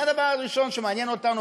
זה הדבר הראשון שמעניין אותנו,